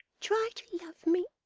try to love me!